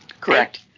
Correct